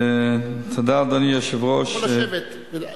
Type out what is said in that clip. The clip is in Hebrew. אתה יכול לשבת.